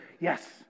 yes